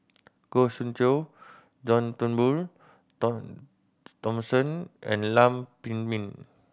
Goh Soon Tioe John Turnbull Thomson and Lam Pin Min